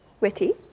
Witty